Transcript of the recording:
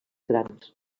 grans